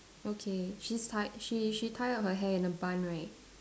okay she's tied she she tied up her hair in a bun right